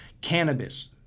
Cannabis